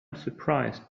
surprised